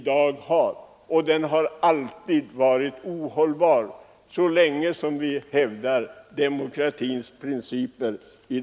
Den har varit ohållbar så länge som vi hävdat demokratins principer.